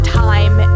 time